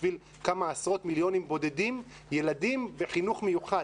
בשביל כמה עשרות מיליונים בודדים ילדים בחינוך מיוחד,